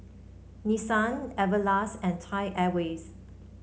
Nissan Everlast and Thai Airways